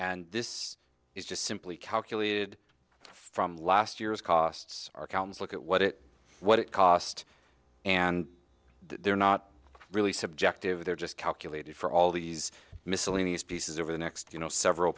and this is just simply calculated from last year's costs are counts look at what it what it cost and they're not really subjective they're just calculated for all these miscellaneous pieces over the next you know several